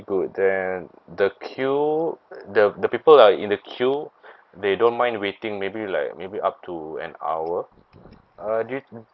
good then the queue the the people are in the queue they don't mind waiting maybe like maybe up to an hour uh do you